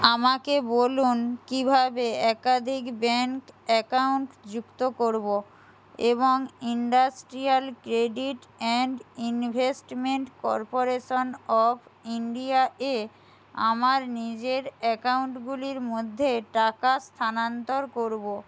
আমাকে বলুন কীভাবে একাধিক ব্যাঙ্ক অ্যাকাউন্ট যুক্ত করব এবং industrial credit and investment corporation of India এ আমার নিজের অ্যাকাউন্টগুলির মধ্যে টাকা স্থানান্তর করব